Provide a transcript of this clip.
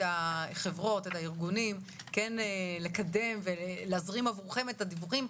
החברות והארגונים להזרים עבורכם את הדיווחים,